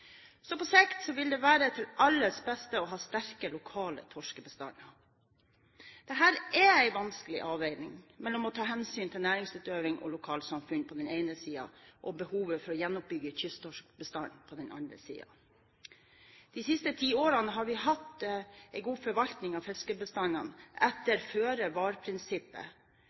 På sikt vil det være til alles beste å ha sterke lokale torskebestander. Det er en vanskelig avveining mellom hensynet til næringsutøverne og lokalsamfunn på den ene siden og behovet for å gjenoppbygge kysttorskbestanden på den andre siden. De siste ti årene har vi hatt god forvaltning av fiskebestandene etter